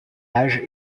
âge